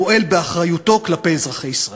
מועל באחריותו כלפי אזרחי ישראל.